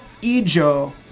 Ijo